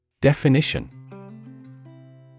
Definition